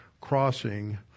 crossing